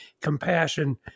compassion